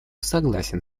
согласен